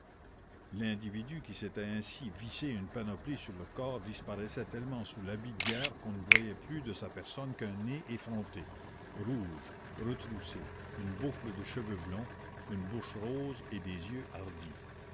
l'individu qui s'était ainsi vissé une panoplie sur le corps disparaissait tellement sous l'habit de guerre qu'on ne voyait plus de sa personne qu'un nez effronté rouge retroussé une boucle de cheveux blonds une bouche rose et des yeux hardis